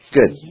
Good